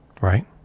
Right